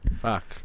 Fuck